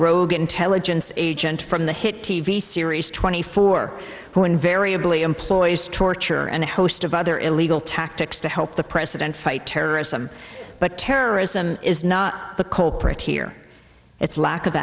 rogue intelligence agent from the hit t v series twenty four who invariably employs torture and a host of other illegal tactics to help the president fight terrorism but terrorism is not the culprit here it's lack of